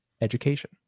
education